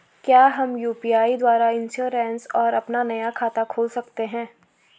क्या हम यु.पी.आई द्वारा इन्श्योरेंस और अपना नया खाता खोल सकते हैं?